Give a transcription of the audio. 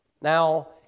Now